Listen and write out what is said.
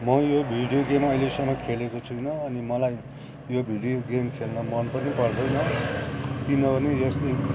म यो video game अहिलेसम्म खेलेको छुइनँ अनि मलाई यो भिडियो गेम खेल्न मन पनि पर्दैन किनभने यसले